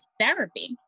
therapy